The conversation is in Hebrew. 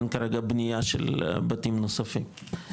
אין כרגע בנייה של בתים נוספים,